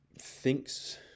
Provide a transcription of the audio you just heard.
Thinks